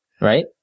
Right